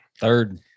third